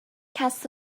cast